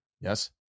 yes